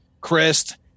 Chris